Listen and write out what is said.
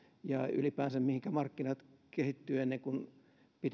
ja mihinkä ylipäänsä markkinat kehittyvät ennen kuin